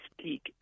speak